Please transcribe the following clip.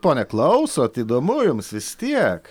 ponia klausot įdomu jums vis tiek